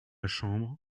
chambre